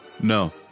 No